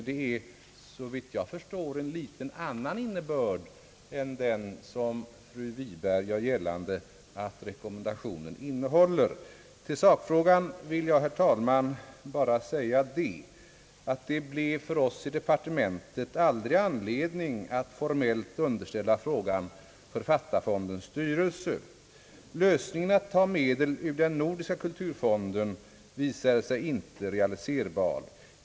Det är såvitt jag förstår en något annan innebörd i den än vad fru Segerstedt Wiberg gör gällande att rekommendationen har. I sakfrågan vill jag, herr talman, bara säga att vi i departementet aldrig fick anledning att formellt underställa frågan författarfondens styrelse. Lösningen att ta medel ur den nordiska kulturfonden visade sig inte realiserbar.